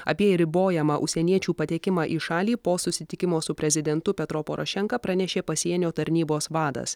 apie ribojamą užsieniečių patekimą į šalį po susitikimo su prezidentu petro porošenka pranešė pasienio tarnybos vadas